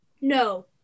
No